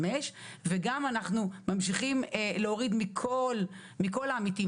וגם אנחנו ממשיכים להוריד מכל העמיתים,